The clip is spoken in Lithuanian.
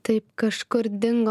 taip kažkur dingo